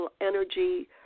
energy